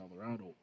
Colorado